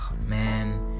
man